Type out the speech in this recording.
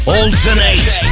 Alternate